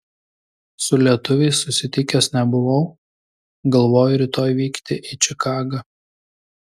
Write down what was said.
su lietuviais susitikęs nebuvau galvoju rytoj vykti į čikagą